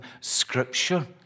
scripture